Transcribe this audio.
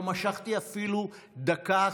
לא משכתי אפילו דקה אחת.